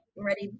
ready